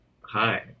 Hi